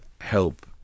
help